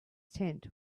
tent